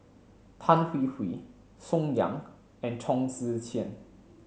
Tan Hwee Hwee Song Yeh and Chong Tze Chien